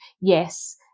Yes